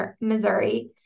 Missouri